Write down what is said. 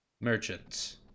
Merchants